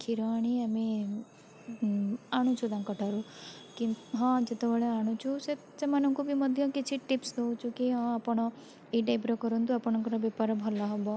କ୍ଷୀର ଆଣି ଆମେ ଆଣୁଛୁ ତାଙ୍କ ଠାରୁ କି ହଁ ଯେତେବେଳେ ଆଣୁଛୁ ସେ ସେ ସେମାନଙ୍କୁ ବି ମଧ୍ୟ କିଛି ଟିପ୍ସ ଦେଉଛୁ କି ହଁ ଆପଣ ଏଇ ଟାଇପ୍ର କରନ୍ତୁ ଆପଣଙ୍କର ବେପାର ଭଲ ହବ